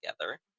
together